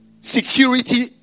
security